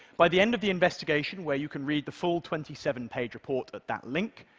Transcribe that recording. by the end of the investigation, where you can read the full twenty seven page report at that link,